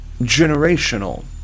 generational